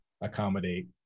accommodate